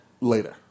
later